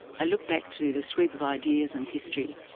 i look back through the sweep of ideas and history,